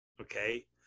Okay